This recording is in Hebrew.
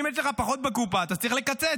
אם יש לך פחות בקופה, אתה צריך לקצץ.